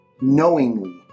knowingly